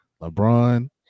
LeBron